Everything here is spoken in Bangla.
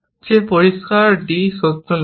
যে পরিষ্কার d সত্য নয়